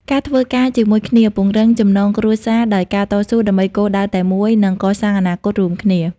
ការធ្វើការជាមួយគ្នាពង្រឹងចំណងគ្រួសារ ដោយការតស៊ូដើម្បីគោលដៅតែមួយ និងកសាងអនាគតរួមគ្នា។